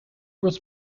was